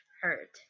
hurt